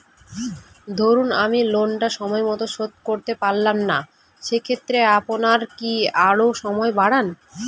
ধরুন আমি লোনটা সময় মত শোধ করতে পারলাম না সেক্ষেত্রে আপনার কি আরো সময় বাড়ান?